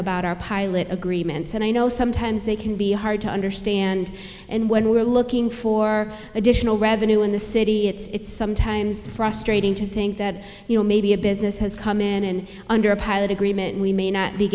about our pilot agreements and i know sometimes they can be hard to understand and when we're looking for additional revenue in the city it's sometimes frustrating to think that you know maybe a business has come in under a pilot agreement we may not be